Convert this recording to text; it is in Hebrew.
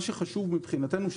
מה שיותר חשוב מבחינתנו,